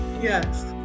Yes